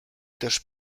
też